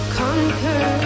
conquer